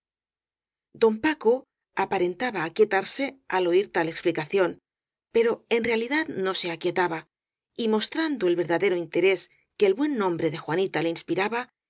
don paco aparentaba aquietarse al oir tal explicación pero en realidad no se aquietaba y mos trando el verdadero interés que el buen nombre de juanita le inspiraba